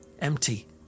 empty